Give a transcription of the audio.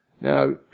Now